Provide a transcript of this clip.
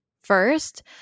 First